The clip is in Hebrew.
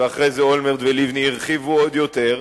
ואחרי זה אולמרט ולבני הרחיבו עוד יותר.